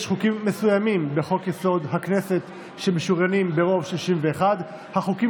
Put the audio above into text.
יש חוקים מסוימים בחוק-יסוד: הכנסת שמשוריינים ברוב 61. החוקים